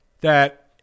that-